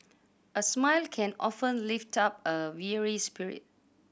a smile can often lift up a weary spirit